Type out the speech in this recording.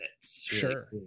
Sure